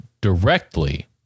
directly